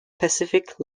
pacific